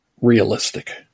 realistic